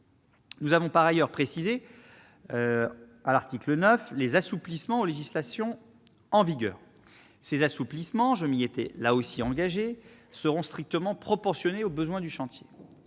Nous avons par ailleurs précisé, à l'article 9, les assouplissements aux législations en vigueur. Ces assouplissements, je m'y étais engagé, seront strictement proportionnés aux besoins du chantier.